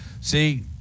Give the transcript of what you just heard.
See